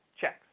checks